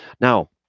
Now